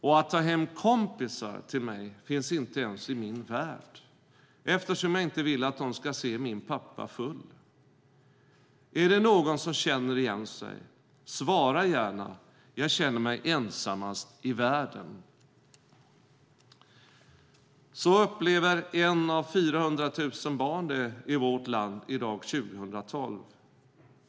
och att ta hem kompisar till mig finns inte ens i min värld, eftersom jag inte vill att de skall se min pappa full! är det någon som känner igen sig? svara gärna, jag känner mig ensamast i världen!" Så upplever en av 400 000 barn det i vårt land i dag 2012.